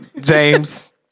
James